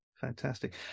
fantastic